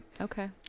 Okay